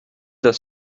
das